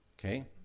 Okay